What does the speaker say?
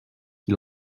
qui